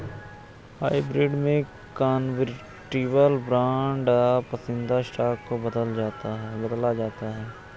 hybrid में convertible bond या पसंदीदा स्टॉक को बदला जाता है